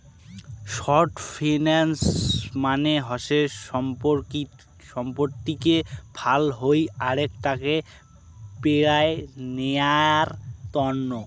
short finance মানে হসে সম্পত্তিকে ফাল হই আরেক টাকে পেরায় নেয়ার তন্ন